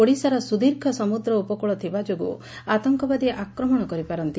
ଓଡ଼ିଶାର ସୁଦୀର୍ଘ ସମୁଦ୍ର ଉପକୁଳ ଥିବା ଯୋଗୁଁ ଆତଙ୍ବାଦୀ ଆକ୍ରମଶ କରିପାରନ୍ତି